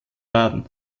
baden